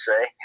say